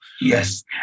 Yes